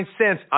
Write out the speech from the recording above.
cents